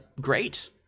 Great